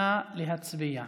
נא להצביע.